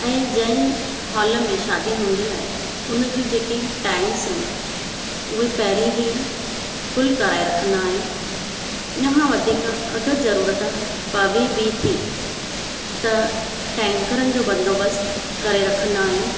ऐं जंहिं हॉल में शादी हूंदी आहे हुन जूं जेके टेक्स आहिनि उहे पहिरीं ई फ़ुल कराए रखंदा आहियूं हिन खां वधीक अगरि ज़रूरत पवे बि थी त टेंकरनि जो बंदोबस्तु करे रखंदा आहियूं